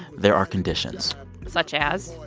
there are conditions such as?